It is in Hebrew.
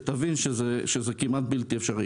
כדי שתבין שזה כמעט בלתי אפשרי.